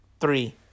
Three